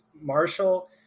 Marshall